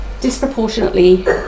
disproportionately